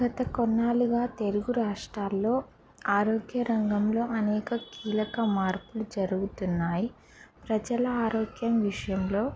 గత కొన్నాళ్ళుగా తెలుగు రాష్ట్రాల్లో ఆరోగ్య రంగంలో అనేక కీలక మార్పులు జరుగుతున్నాయి ప్రజల ఆరోగ్యం విషయంలో